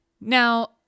Now